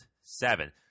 seven